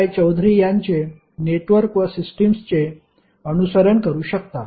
रॉय चौधरी यांचे नेटवर्क व सिस्टीम्सचे अनुसरण करू शकता